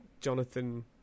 Jonathan